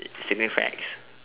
stating facts